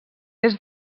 est